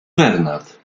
bernard